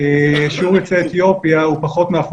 שיעור יוצאי אתיופיה הוא פחות מ-1%.